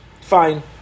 Fine